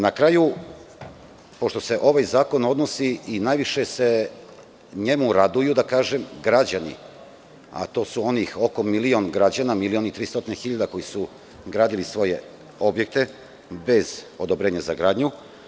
Nakraju, pošto se ovaj zakon odnosi i najviše se njemu raduju građani, a to su onih oko milion građana, 1.300.000 koji su gradili svoje objekte bez odobrenja za gradnju.